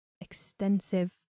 extensive